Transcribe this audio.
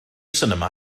sinema